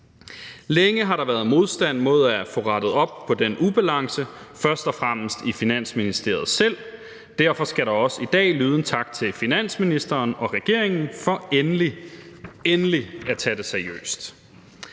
Længe har der været modstand mod at få rettet op på den ubalance, først og fremmest i Finansministeriet selv, og derfor skal der også i dag lyde en tak til finansministeren og regeringen for endelig, endelig, at tage det seriøst.